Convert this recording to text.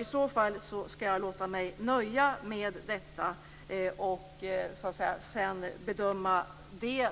I så fall skall jag låta mig nöja med detta och sedan göra en bedömning